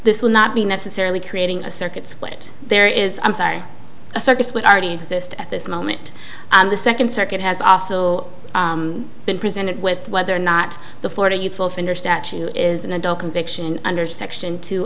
this will not be necessarily creating a circuit split there is i'm sorry a circus with r t exist at this moment and the second circuit has also been presented with whether or not the florida youthful offender statute is an adult conviction under section two